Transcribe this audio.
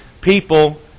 people